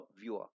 viewer